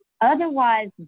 otherwise